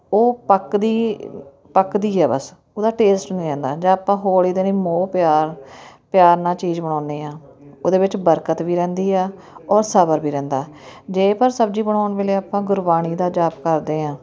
ਉਹ ਪੱਕਦੀ ਪੱਕਦੀ ਹੈ ਬਸ ਉਹਦਾ ਟੇਸਟ ਨਹੀਂ ਰਹਿੰਦਾ ਜਾਂ ਆਪਾਂ ਹੌਲੀ ਦੇਣੀ ਮੋਹ ਪਿਆਰ ਪਿਆਰ ਨਾਲ ਚੀਜ਼ ਬਣਾਉਂਦੇ ਹਾਂ ਉਹਦੇ ਵਿੱਚ ਬਰਕਤ ਵੀ ਰਹਿੰਦੀ ਆ ਔਰ ਸਬਰ ਵੀ ਰਹਿੰਦਾ ਜੇ ਪਰ ਸਬਜ਼ੀ ਬਣਾਉਣ ਵੇਲੇ ਆਪਾਂ ਗੁਰਬਾਣੀ ਦਾ ਜਾਪ ਕਰਦੇ ਹਾਂ